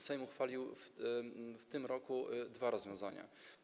Sejm uchwalił w tym roku dwa rozwiązania.